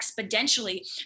exponentially